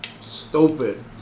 Stupid